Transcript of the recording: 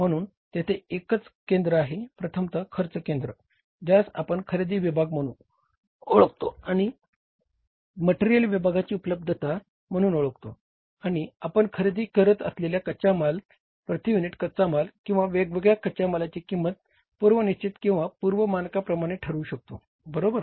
म्हणून तेथे एकच केंद्र आहे प्रथमतः खर्च केंद्र ज्यास आपण खरेदी विभाग म्हणून ओळखतो किंवा मटेरियल विभागाची उपलब्धता म्हणून ओळखतो आणि आपण खरेदी करत असलेल्या कच्चा माल प्रति युनिट कच्चा माल किंवा वेगवेगळ्या कच्च्या मालाची किंमत पूर्व निशचित किंवा पूर्व मानका प्रमाणे ठरवू शकतो बरोबर